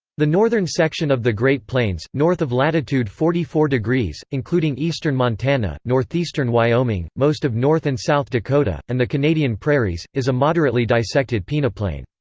the northern section of the great plains, north of latitude forty four deg, including eastern montana, north-eastern wyoming, most of north and south dakota, and the canadian prairies, is a moderately dissected peneplain.